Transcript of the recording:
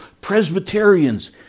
Presbyterians